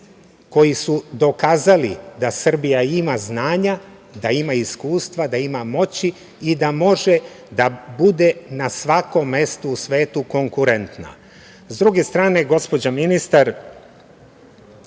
koji su dokazali da Srbija ima znanja, da ima iskustva, da ima moći i da može da bude na svakom mestu u svetu konkurentna.S druge strane, gospođa ministar